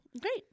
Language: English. great